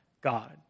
God